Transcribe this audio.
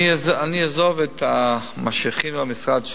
אני אעזוב את התשובה שהכינו במשרד,